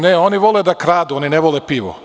Ne, oni vole da kradu, oni ne vole pivo.